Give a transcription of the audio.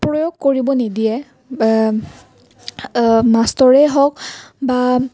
প্ৰয়োগ কৰিব নিদিয়ে মাষ্টৰে হওক বা